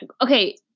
Okay